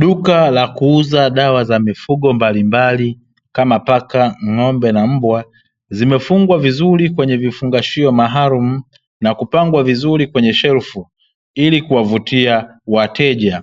Duka la kuuza dawa za mifugo mbalimbali kama: paka, ng'ombe na mbwa; zimefungwa vizuri kwenye vifungashio maalumu na kupangwa vizuri kwenye shelfu, ili kuwavutia wateja.